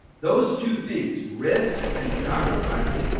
those two things risk and sacrifice